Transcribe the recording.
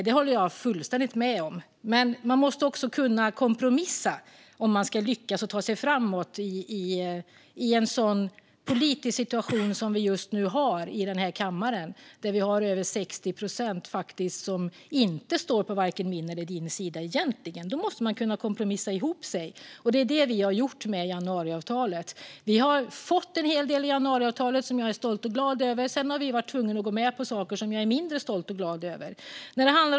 Det håller jag fullständigt med om, men man måste också kunna kompromissa om man ska lyckas ta sig framåt i en sådan politisk situation som vi just nu har i denna kammare. Det är faktiskt över 60 procent som inte står på vare sig min eller din sida. Då måste man kunna kompromissa, och det är det vi har gjort med januariavtalet. Vi har fått en hel del i januariavtalet som jag är stolt och glad över. Sedan har vi varit tvungna att gå med på saker som jag är mindre stolt och glad över.